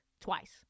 twice